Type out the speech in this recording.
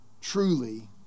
Truly